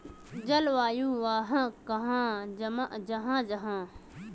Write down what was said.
जलवायु कहाक कहाँ जाहा जाहा?